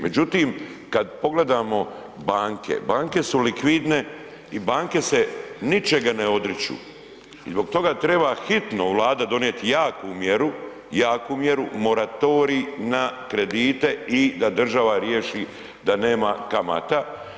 Međutim, kad pogledamo banke, banke su likvidne i banke se ničega ne odriču i zbog toga treba hitno Vlada donijeti jaku mjeru, jaku mjeru, moratorij na kredite i da država riješi da nema kamata.